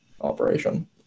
operation